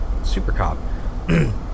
Supercop